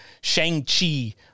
Shang-Chi